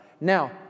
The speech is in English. Now